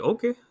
Okay